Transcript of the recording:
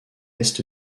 est